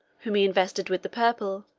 whom he invested with the purple,